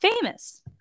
famous